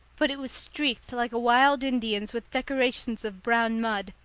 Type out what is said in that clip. but it was streaked like a wild indian's with decorations of brown mud,